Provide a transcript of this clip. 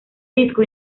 disco